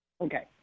Okay